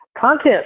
content